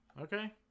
Okay